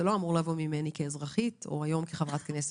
זה לא אמור לבוא ממני כאזרחית או כחברת כנסת.